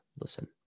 listen